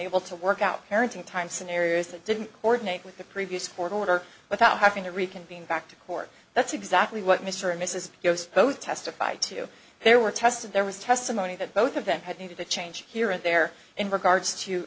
able to work out parenting time scenarios that didn't coordinate with the previous court order without having to reconvene back to court that's exactly what mr and mrs both testified to they were tested there was testimony that both of them had needed a change here and there in regards to